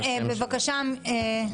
קראה.